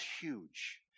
huge